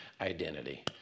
identity